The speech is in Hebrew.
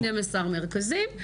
12 מרכזים.